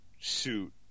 suit